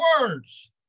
words